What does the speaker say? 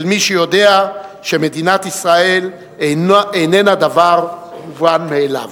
מי שיודע שמדינת ישראל איננה דבר מובן מאליו.